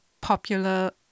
popular